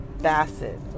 Bassett